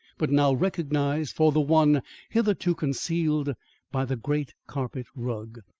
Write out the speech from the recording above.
but now recognised for the one hitherto concealed by the great carpet rug.